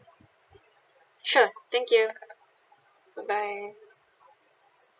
sure thank you bye